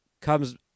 comes –